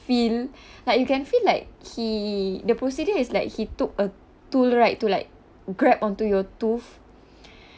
feel like you can feel like he the procedure is like he took a tool right to like grab onto your tooth